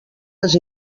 les